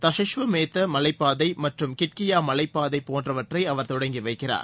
தஷஸ்வமேத மலைப்பாதை மற்றும் கிட்கியா மலைப்பாதை போன்றவற்றை அவர் தொடங்கி வைக்கிறார்